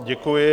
Děkuji.